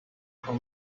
for